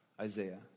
Isaiah